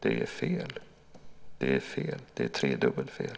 Det är fel, det är fel, det är tredubbelt fel.